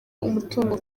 umutungo